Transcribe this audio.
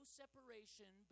separation